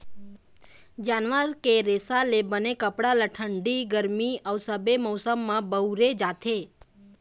जानवर के रेसा ले बने कपड़ा ल ठंडी, गरमी अउ सबे मउसम म बउरे जाथे